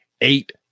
eight